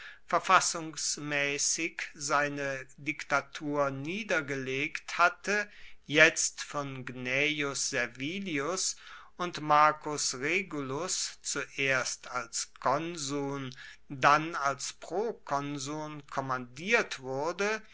verfassungsmaessig seine diktatur niedergelegt hatte jetzt von gnaeus servilius und marcus regulus zuerst als konsuln dann als prokonsuln kommandiert wurde